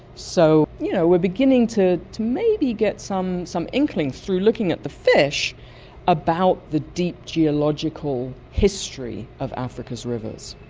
so you know we're beginning to to maybe get some some inkling through looking at the fish about the deep geological history of africa's rivers.